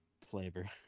flavor